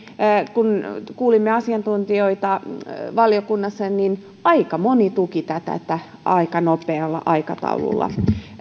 kun kuulimme asiantuntijoita valiokunnassa aika moni tuki tätä aika nopeaa aikataulua